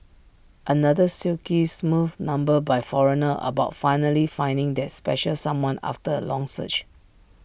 another silky smooth number by foreigner about finally finding that special someone after A long search